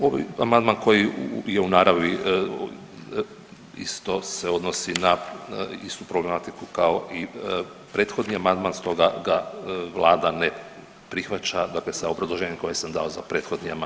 Ovaj amandman koji je u naravni isto se odnosi na istu problematiku kao i prethodni amandman, stoga ga Vlada ne prihvaća, dakle sa obrazloženjem koje sam dao za prethodni amandman.